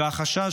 והחשש,